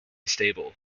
stable